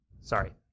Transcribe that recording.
Sorry